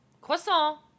Croissant